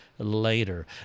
Later